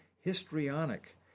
histrionic